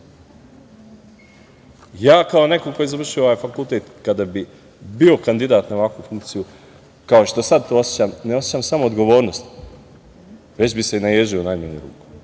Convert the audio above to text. kao neko ko je završio ovaj fakultet, kada bi bio kandidat na ovakvu funkciju, kao što sad to osećam, ne osećam samo odgovornost, već bi se naježio u najmanju ruku.